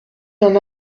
d’un